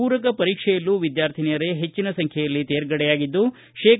ಪೂರಕ ಪರೀಕ್ಷೆಯಲ್ಲೂ ವಿದ್ಯಾರ್ಥಿನಿಯರೇ ಹೆಚ್ಚಿನ ಸಂಖ್ಯೆಯಲ್ಲಿ ತೇರ್ಗಡೆಯಾಗಿದ್ದು ಶೇ